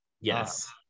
yes